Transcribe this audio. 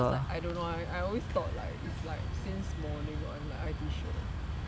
cause like I don't know I always thought like is like since morning [one] like I_T show